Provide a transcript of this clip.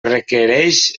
requereix